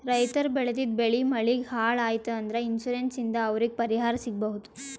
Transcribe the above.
ರೈತರ್ ಬೆಳೆದಿದ್ದ್ ಬೆಳಿ ಮಳಿಗ್ ಹಾಳ್ ಆಯ್ತ್ ಅಂದ್ರ ಇನ್ಶೂರೆನ್ಸ್ ಇಂದ್ ಅವ್ರಿಗ್ ಪರಿಹಾರ್ ಸಿಗ್ಬಹುದ್